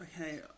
Okay